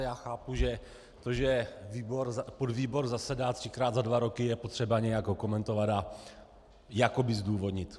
Já chápu, že to, že podvýbor zasedá třikrát za dva roky, je potřeba nějak okomentovat a jakoby zdůvodnit.